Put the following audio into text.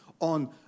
on